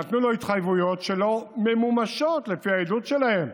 נתנו לו התחייבויות שלא ממומשות, לפי העדות שלהם,